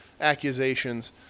accusations